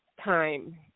time